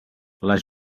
les